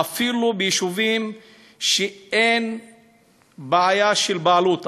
אפילו ביישובים שאין בעיה של בעלות,